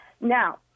Now